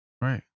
Right